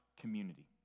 community